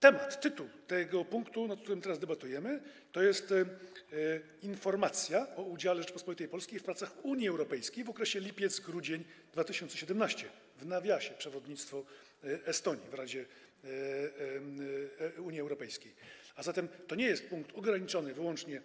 Temat, tytuł tego punktu, nad którym teraz debatujemy, brzmi: informacja o udziale Rzeczypospolitej Polskiej w pracach Unii Europejskiej w okresie lipiec-grudzień 2017 r., w nawiasie: przewodnictwo Estonii w Radzie Unii Europejskiej, a zatem to nie jest punkt ograniczony wyłącznie